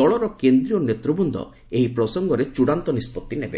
ଦଳର କେନ୍ଦ୍ରୀୟ ନେତୁବୂନ୍ଦ ଏହି ପ୍ରସଙ୍ଗରେ ଚୂଡ଼ାନ୍ତ ନିଷ୍ପଭି ନେବେ